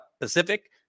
Pacific